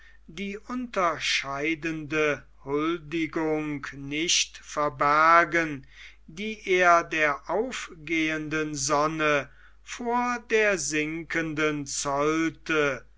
die unterscheidende huldigung nicht verbergen die er der aufgehenden sonne vor der sinkenden